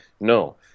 No